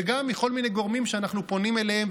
וגם בכל מיני גורמים שאנחנו פונים אליהם,